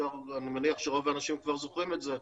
אני מניח שרוב האנשים כבר זוכרים את זה,